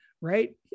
Right